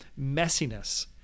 messiness